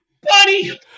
Buddy